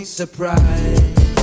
surprise